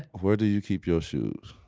where do you keep your shoes?